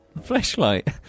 flashlight